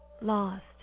lost